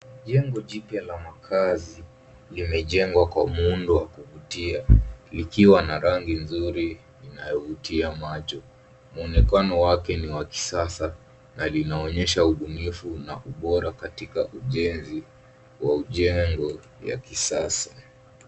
Jengo jipya la makaazi limejengwa kwa muundo wa kuvutia likiwa na rangi nzuri inayovutia macho. Mwonekano wake ni wa kisasa na linaonyesha ubunifu na ubora katika ujenzi wa jengo la kisasa.